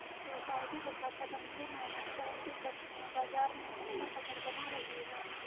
society तथा पतंजलि नामक चाय की कंपनियां बाजार में अपना पकड़ बना रही है